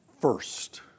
first